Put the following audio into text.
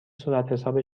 صورتحساب